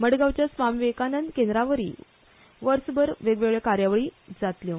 मडगांवच्या स्वामी विवेकानंद केंद्रावरवीं वर्सभर वेगवेगळ्यो कार्यावळी जातल्यो